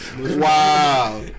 wow